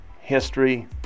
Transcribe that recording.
history